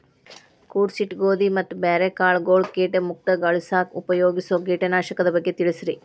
ಕೂಡಿಸಿಟ್ಟ ಗೋಧಿ ಮತ್ತ ಬ್ಯಾರೆ ಕಾಳಗೊಳ್ ಕೇಟ ಮುಕ್ತಗೋಳಿಸಾಕ್ ಉಪಯೋಗಿಸೋ ಕೇಟನಾಶಕದ ಬಗ್ಗೆ ತಿಳಸ್ರಿ